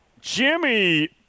jimmy